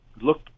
look